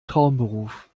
traumberuf